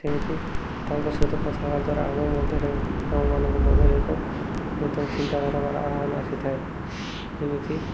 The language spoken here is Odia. ସେମିତି ତାଙ୍କ ସହିତ କଥା ହେବା ଦ୍ୱାରା ଆମ ମଧ୍ୟରେ ଆମମାନଙ୍କ ମଧ୍ୟରେ ଏକ ନୂତନ ଚିନ୍ତାଧାରାବାର ଆହ୍ୱାନ ଆସିଥାଏ ଯେମିତି